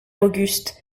auguste